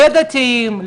לדתיים,